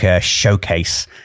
showcase